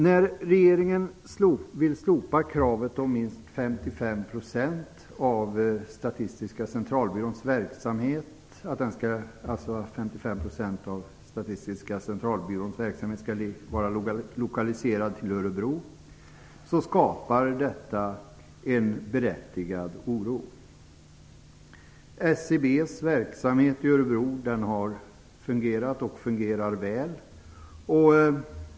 När regeringen vill att minst 55 % av Statistiska Centralbyråns verksamhet skall vara lokaliserad till Örebro, skapar detta en berättigad oro. SCB:s verksamhet i Örebro har fungerat och fungerar väl.